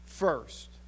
First